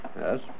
Yes